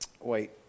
wait